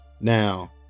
Now